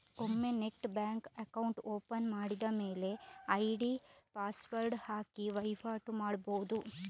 ಒಮ್ಮೆ net bank account open ಮಾಡಿದ ಮೇಲೆ ಐಡಿ ಪಾಸ್ವರ್ಡ್ ಹಾಕಿ ವೈವಾಟು ಮಾಡ್ಬಹುದು